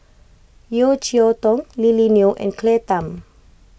Yeo Cheow Tong Lily Neo and Claire Tham